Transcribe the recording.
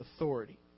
authority